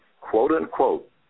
quote-unquote